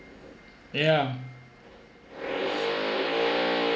yeah